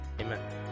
Amen